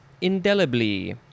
indelibly